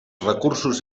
recursos